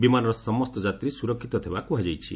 ବିମାନର ସମସ୍ତ ଯାତ୍ରୀ ସୁରକ୍ଷିତ ଥିବା କୁହାଯାଇଛି